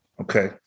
Okay